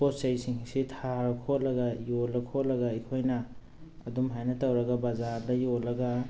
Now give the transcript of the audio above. ꯄꯣꯠ ꯆꯩꯁꯤꯡꯁꯤ ꯊꯥꯔ ꯈꯣꯠꯂꯒ ꯌꯣꯜꯂ ꯈꯣꯠꯂꯒ ꯑꯩꯈꯣꯏꯅ ꯑꯗꯨꯝ ꯍꯥꯏꯅ ꯇꯧꯔꯒ ꯕꯖꯥꯔꯗ ꯌꯣꯜꯂꯒ